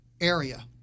area